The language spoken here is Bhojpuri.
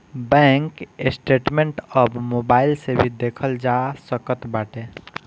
बैंक स्टेटमेंट अब मोबाइल से भी देखल जा सकत बाटे